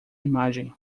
imagem